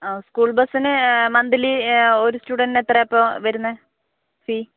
ആ സ്കൂൾ ബസിന് മന്തിലി ഒരു സ്റ്റുഡന്റിന് എത്രയാണ് വരുന്നത് ഫീ